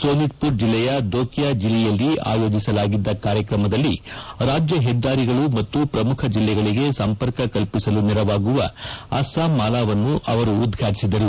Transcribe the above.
ಸೋನಿತ್ಮರ್ ಜಿಲ್ಲೆಯ ದೋಕಿಯಾ ಜಿಲಿಯಲ್ಲಿ ಆಯೋಜಿಸಲಾಗಿದ್ದ ಕಾರ್ಯಕ್ರಮದಲ್ಲಿ ರಾಜ್ಯ ಹೆದ್ದಾರಿಗಳು ಮತ್ತು ಪ್ರಮುಖ ಜಿಲ್ಲೆಗಳಿಗೆ ಸಂಪರ್ಕ ಕಲ್ಪಿಸಲು ನೆರವಾಗುವ ಅಸ್ಲಾಂಮಾಲಾ ವನ್ನು ಅವರು ಉದ್ಘಾಟಿಸಿದರು